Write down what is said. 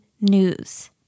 news